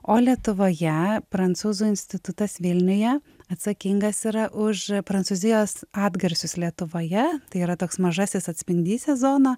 o lietuvoje prancūzų institutas vilniuje atsakingas yra už prancūzijos atgarsius lietuvoje tai yra toks mažasis atspindys sezono